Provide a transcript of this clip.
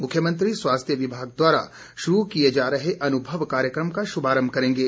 मुख्यमंत्री स्वास्थ्य विभाग द्वारा शुरू किए जा रहे अनुभव कार्यक्रम का शुभारंभ करेंगे